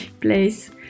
place